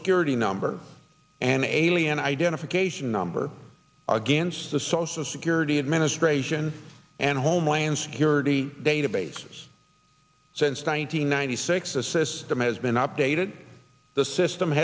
security number and alien identification number against the social security administration and homeland security database since one nine hundred ninety six the system has been updated the system